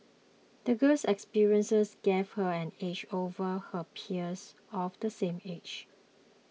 the girl's experiences gave her an edge over her peers of the same age